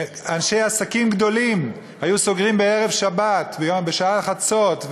אנשי עסקים גדולים היו סוגרים בערב שבת בשעת חצות,